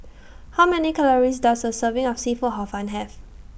How Many Calories Does A Serving of Seafood Hor Fun Have